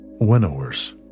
winnowers